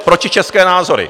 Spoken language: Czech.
Protičeské názory!